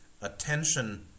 attention